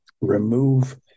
remove